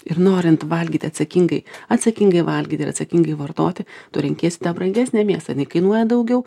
ir norint valgyti atsakingai atsakingai valgyti ir atsakingai vartoti tu renkiesi tą brangesnę mėsą jinai kainuoja daugiau